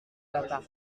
papas